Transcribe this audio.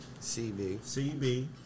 CB